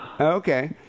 Okay